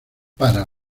para